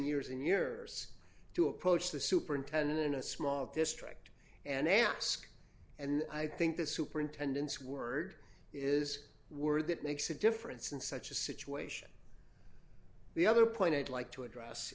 years and years to approach the superintendent in a small district and ask and i think the superintendent's word is word that makes a difference in such a situation the other point i'd like to address